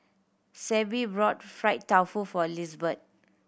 Sable brought fried tofu for Lizbeth